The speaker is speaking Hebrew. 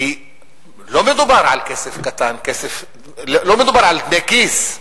כי לא מדובר על כסף קטן, לא מדובר על דמי כיס.